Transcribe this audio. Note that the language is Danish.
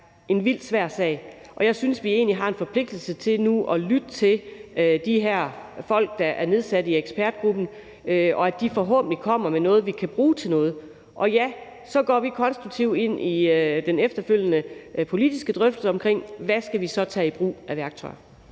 en vildt svær sag, og jeg synes egentlig, vi nu har en forpligtelse til at lytte til de her folk, der er inviteret til at være med i ekspertgruppen, og de kommer forhåbentlig med noget, vi kan bruge til noget. Og ja, så går vi konstruktivt ind i den efterfølgende politiske drøftelse om, hvilke værktøjer